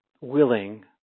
willing